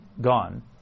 gone